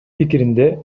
пикиринде